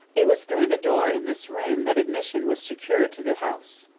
it was through the door in this room that admission was secured to the house.